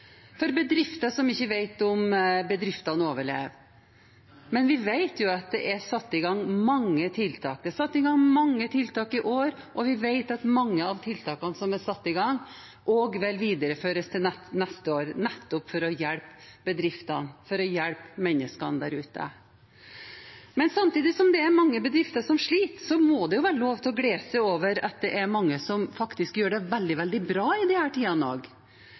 for bedrifter som ikke vet om bedriftene overlever. Men vi vet jo at mange tiltak er satt i gang. Det er satt i gang mange tiltak i år, og vi vet at mange av tiltakene vil videreføres til neste år, nettopp for å hjelpe bedriftene og hjelpe menneskene der ute. Samtidig som det er mange bedrifter som sliter, må det være lov til å glede oss over at det er mange som faktisk gjør det veldig, veldig bra i disse tidene, spesielt bedrifter som ligger i grenseutsatte områder. Jeg sier «grenseutsatte», for tidligere reiste nordmenn over grensen og handlet. I dag stopper de.